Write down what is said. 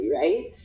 right